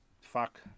Fuck